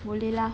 boleh lah